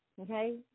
okay